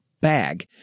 bag